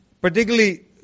Particularly